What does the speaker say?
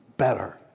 better